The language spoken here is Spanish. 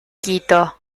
quito